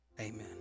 amen